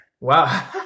Wow